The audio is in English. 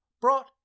brought